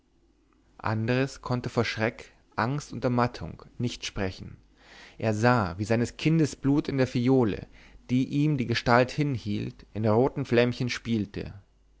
andres konnte vor schreck angst und ermattung nicht sprechen er sah wie seines kindes blut in der phiole die ihm die gestalt hinhielt in roten flämmchen spielte